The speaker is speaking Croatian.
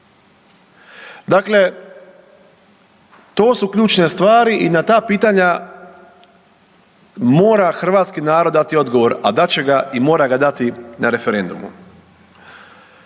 Dakle, to su ključne stvari i na ta pitanja mora hrvatski narod dati odgovor, a dat će ga i mora ga dati na referendumu.